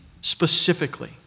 specifically